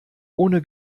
ohne